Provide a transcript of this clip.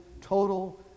total